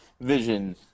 vision